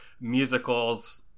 musicals